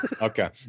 Okay